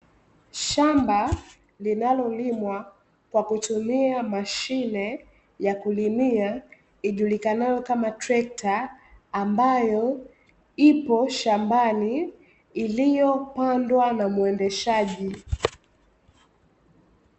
Shamba linalolimwa kwa kutumia mashine ya kulimia ijulikanayo kama trekta, ambayo ipo shambani; iliyopandwa na muendeshaji.